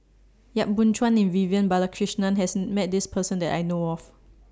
Yap Boon Chuan and Vivian Balakrishnan has Met This Person that I know of